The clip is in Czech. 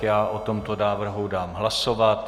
Já o tomto návrhu dám hlasovat.